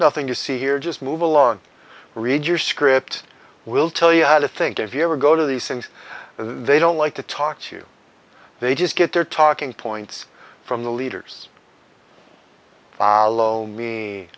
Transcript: nothing you see here just move along read your script will tell you how to think if you ever go to these things they don't like to talk to you they just get their talking points from the leaders follow me